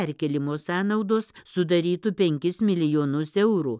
perkėlimo sąnaudos sudarytų penkis milijonus eurų